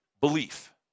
belief